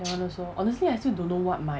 that one also honestly I still don't know what my